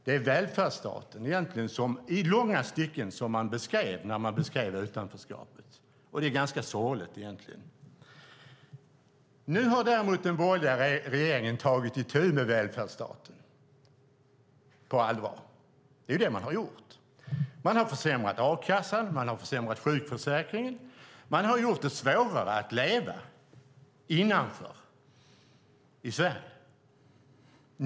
Det är välfärdsstaten som man i långa stycken beskrev när man beskrev utanförskapet. Det är egentligen ganska sorgligt. Nu har däremot den borgerliga regeringen tagit itu med välfärdsstaten på allvar. Det är vad man har gjort. Man har försämrat a-kassan och sjukförsäkringen. Man har gjort det svårare att leva innanför i Sverige.